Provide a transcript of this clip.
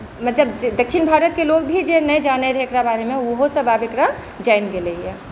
मतलब दक्षिण भारतके लोक भी जे नहि जानै रहै एकरा बारेमे ओहो सभ आब एकरा जानि गेलैए